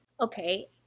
Okay